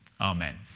Amen